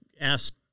ask